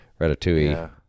Ratatouille